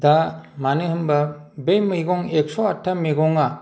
दा मानो होनोबा बे मैगं एक्स' आतथा मैगंआ